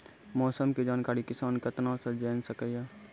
मौसम के जानकारी किसान कता सं जेन सके छै?